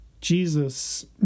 Jesus